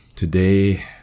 Today